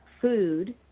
food